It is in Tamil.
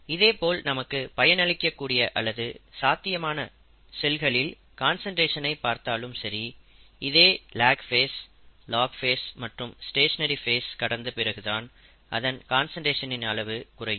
இதேபோல் நமக்கு பயன் அளிக்கக்கூடிய அல்லது சாத்தியமான செல்களில் கான்சன்ட்ரேஷனை பார்த்தாலும் சரி இதே லேக் ஃபேஸ் லாக் ஃபேஸ் மற்றும் ஸ்டேஷனரி ஃபேஸ் ஐ கடந்து பிறகு அதன் கான்சன்ட்ரேஷனின் அளவு குறையும்